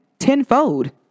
tenfold